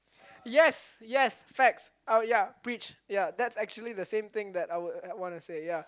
yes yes facts uh ya preach ya that's actually the same thing that I would I would wanna say ya